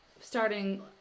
starting